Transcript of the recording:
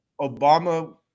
Obama